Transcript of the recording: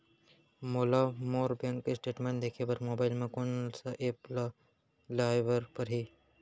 मोला मोर bank statement देखे बर मोबाइल मा कोन सा एप ला लाए बर परही?